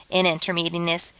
in intermediateness,